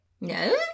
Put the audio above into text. No